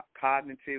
cognitive